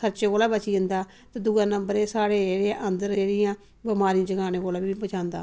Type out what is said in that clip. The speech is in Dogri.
खर्चे कोला बची जंदा ते दुए नंबर एह् साढ़े जेह्ड़ी ऐ अंदर जेह्ड़ियां बमारी जगाने कोला बी बचांदा